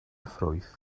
ffrwyth